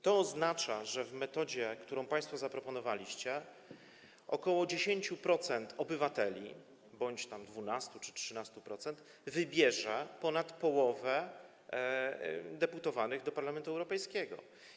To oznacza, że w metodzie, którą państwo zaproponowaliście, ok. 10% obywateli, bądź 12% czy 13%, wybierze ponad połowę deputowanych do Parlamentu Europejskiego.